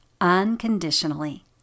unconditionally